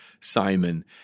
Simon